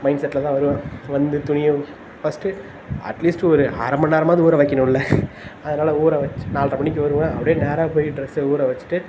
mind settle தான் வருவேன் வந்து துணியை ஃபர்ஸ்ட்டு அட்லீஸ்ட் ஒரு அரை மணி நேரமாவது ஊற வைக்கணுமில்ல அதனால் ஊற வைச்சு நால்ரை மணிக்கு வருவேன் அப்படியே நேராக போய் ட்ரெஸ்ஸை ஊற வெச்சுட்டு